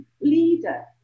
leader